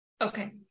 Okay